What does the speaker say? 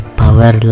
power